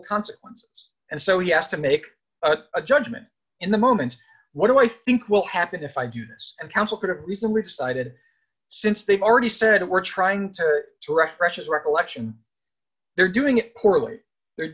consequences and so he has to make a judgment in the moment what do i think will happen if i do this and council could have recently decided since they've already said we're trying to arrest precious recollection they're doing it poorly the